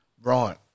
Right